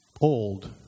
old